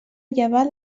llevar